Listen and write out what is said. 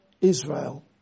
Israel